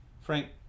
Frank